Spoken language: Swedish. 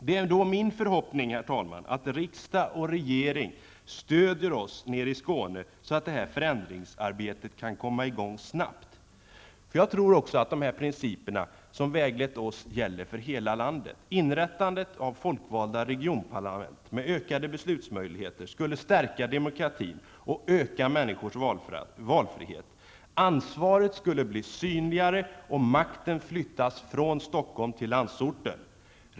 Det är ändå min förhoppning, herr talman, att riksdag och regering stöder oss nerei Skåne, så att detta förändringsarbete kan komma i gång snabbt. Jag tror nämligen att de principer som väglett oss gäller för hela landet. Inrättandet av folkvalda regionparlament med ökade beslutsmöjligheter skulle stärka demokratin och även öka människors valfrihet. Ansvaret skulle bli synligare och makten flyttas från Stockholm till landsorten.